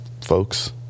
folks